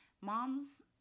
Moms